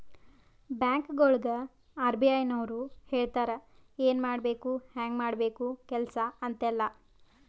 ಬ್ಯಾಂಕ್ಗೊಳಿಗ್ ಆರ್.ಬಿ.ಐ ನವ್ರು ಹೇಳ್ತಾರ ಎನ್ ಮಾಡ್ಬೇಕು ಹ್ಯಾಂಗ್ ಮಾಡ್ಬೇಕು ಕೆಲ್ಸಾ ಅಂತ್ ಎಲ್ಲಾ